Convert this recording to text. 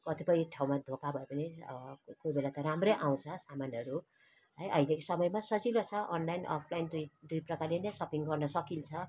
कतिपय ठाउँमा धोका भए पनि कोइ बेला त राम्रै आउँछ सामानहरू है अहिले समयमा सजिलो छ अनलाइन अफलाइन दुई प्रकारले नै सपिङ गर्न सकिन्छ